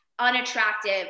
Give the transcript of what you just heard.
Unattractive